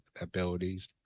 abilities